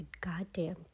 goddamn